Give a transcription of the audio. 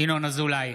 ינון אזולאי,